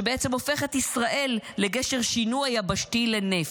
שבעצם הופכת את ישראל לגשר שינוע יבשתי לנפט.